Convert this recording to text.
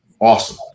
Awesome